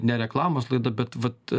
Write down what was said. ne reklamos laida bet vat